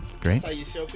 great